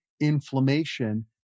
inflammation